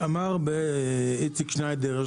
אמר איציק שניידר,